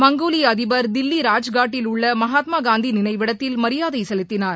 மங்கோலிய அதிபர் தில்லி ராஜ்காட்டில் உள்ள மகாத்மா காந்தி நினைவிடத்தில் மரியாதை செலுத்தினார்